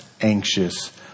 anxious